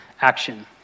action